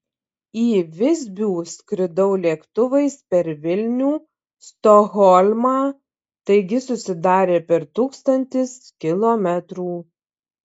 į visbių skridau lėktuvais per vilnių stokholmą taigi susidarė per tūkstantis kilometrų